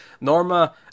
Norma